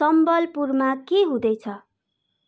सम्भलपुरमा के हुँदैछ